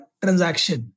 transaction